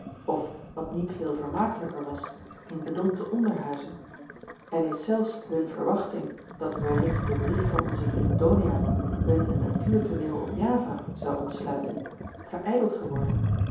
of wat niet veel vermakelijker was in bedompte onderhuizen en is zelfs hun verwachting dat wellicht de brief van onzen vriend donia hun een natuurtooneel op java zou ontsluiten verijdeld geworden